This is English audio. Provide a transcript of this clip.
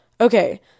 Okay